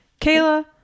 kayla